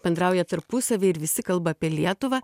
bendrauja tarpusavy ir visi kalba apie lietuvą